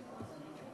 הוועדה המשותפת לתקציב